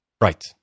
Right